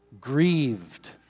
Grieved